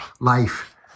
life